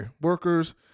workers